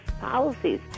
policies